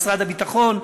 משרד הביטחון,